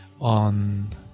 on